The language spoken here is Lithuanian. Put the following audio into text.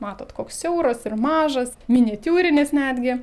matot koks siauras ir mažas miniatiūrinis netgi